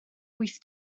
wyth